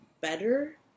better